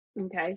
okay